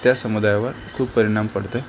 त्या समुदायावर खूप परिणाम पडते